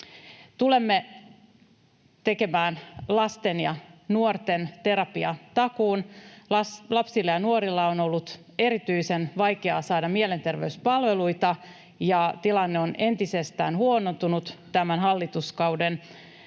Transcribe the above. Tulemme tekemään lasten ja nuorten terapiatakuun. Lasten ja nuorten on ollut erityisen vaikeaa saada mielenterveyspalveluita, ja tilanne on entisestään huonontunut edellisen hallituskauden